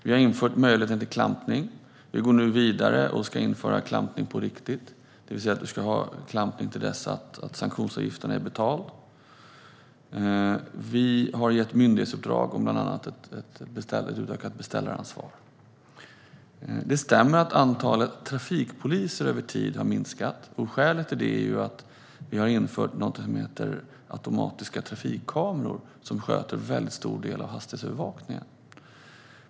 Vi har infört möjligheten till klampning, och vi går nu vidare och ska införa klampning på riktigt, det vill säga klampning tills sanktionsavgiften är betald. Vi har också gett myndighetsuppdrag om bland annat ett utökat beställaransvar. Det stämmer att antalet trafikpoliser över tid har minskat. Skälet till detta är att vi har infört någonting som heter automatiska trafikkameror, som sköter en väldigt stor del av hastighetsövervakningen.